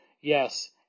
Yes